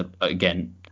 again